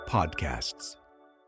Podcasts